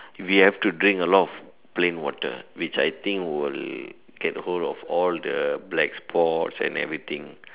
we have to drink a lot of plain water which I think will get hold of all the black spots and everything